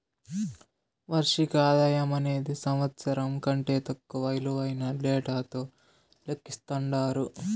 వార్షిక ఆదాయమనేది సంవత్సరం కంటే తక్కువ ఇలువైన డేటాతో లెక్కిస్తండారు